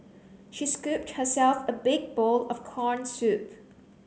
she scooped herself a big bowl of corn soup